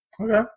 Okay